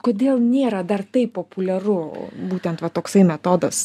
kodėl nėra dar taip populiaru būtent va toksai metodas